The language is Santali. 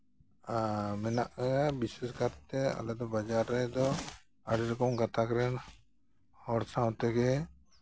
ᱢᱮᱱᱟᱜᱼᱟ ᱵᱤᱥᱮᱥ ᱠᱟᱨᱛᱮ ᱟᱞᱮᱫᱚ ᱵᱟᱡᱟᱨ ᱨᱮᱫᱚ ᱟᱹᱰᱤ ᱨᱚᱠᱚᱢ ᱜᱟᱛᱟᱠ ᱨᱮᱱ ᱦᱚᱲ ᱥᱟᱶᱛᱮᱜᱮ